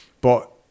but-